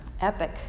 epic